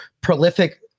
prolific